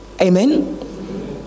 Amen